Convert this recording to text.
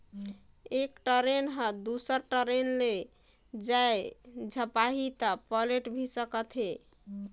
एक टरेन ह दुसर टरेन ले जाये झपाही त पलेट भी सकत हे